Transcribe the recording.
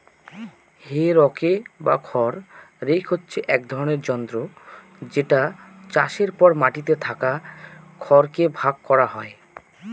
হে rake বা খড় rake হচ্ছে এক ধরনের যন্ত্র যেটা চাষের পর মাটিতে থাকা খড় কে ভাগ করা হয়